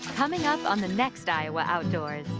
coming up on the next iowa outdoors.